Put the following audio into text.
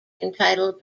entitled